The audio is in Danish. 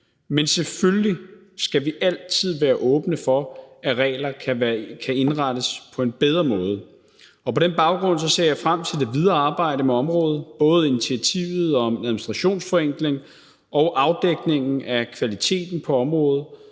Men selvfølgelig skal vi altid være åbne for, at regler kan indrettes på en bedre måde. På den baggrund ser jeg frem til det videre arbejde med området, både initiativet om administrationsforenkling og afdækningen af kvaliteten på området.